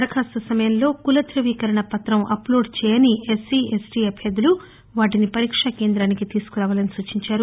దరఖాస్తు సమయంలో కుల ధృవీకరణ పుతం అప్లోడ్ చేయని ఎస్సీ ఎస్టీ అభ్యర్థులు వాటిని పరీక్ష కేంద్రానికి తీసుకరావాలని సూచించారు